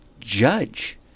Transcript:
judge